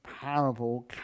parable